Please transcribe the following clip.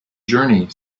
journey